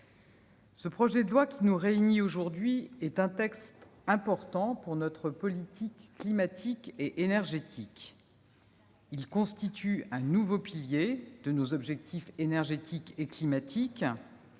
le projet de loi qui nous réunit ce matin sera un texte important pour notre politique climatique et énergétique. Il constitue un nouveau pilier de nos objectifs énergétiques et climatiques.